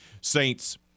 Saints